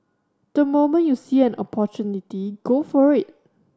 the moment you see an opportunity go for it